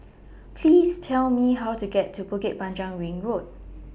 Please Tell Me How to get to Bukit Panjang Ring Road